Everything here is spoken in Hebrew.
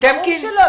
ברור שלא,